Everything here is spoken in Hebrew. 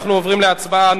אנחנו עוברים להצבעה.